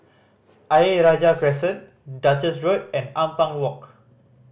Ayer Rajah Crescent Duchess Road and Ampang Walk